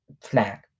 flag